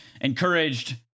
encouraged